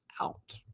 out